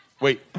Wait